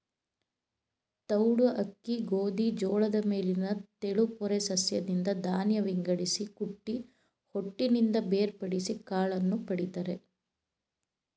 ತೌಡು ಅಕ್ಕಿ ಗೋಧಿ ಜೋಳದ ಮೇಲಿನ ತೆಳುಪೊರೆ ಸಸ್ಯದಿಂದ ಧಾನ್ಯ ವಿಂಗಡಿಸಿ ಕುಟ್ಟಿ ಹೊಟ್ಟಿನಿಂದ ಬೇರ್ಪಡಿಸಿ ಕಾಳನ್ನು ಪಡಿತರೆ